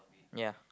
ya